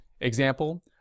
example